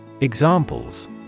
Examples